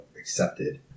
accepted